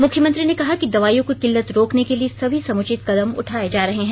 मुख्यमंत्री ने कहा कि दवाइयों की किल्लत रोकने के लिए सभी समुचित कदम उठाये जा रहे हैं